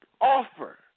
offer